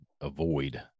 avoid